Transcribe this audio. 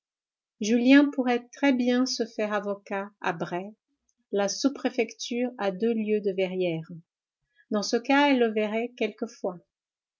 julien pourrait très bien se faire avocat à bray la sous-préfecture à deux lieues de verrières dans ce cas elle le verrait quelquefois